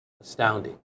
astounding